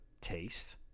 taste